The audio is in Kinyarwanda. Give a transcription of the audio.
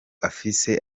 afise